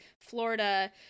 Florida